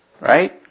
right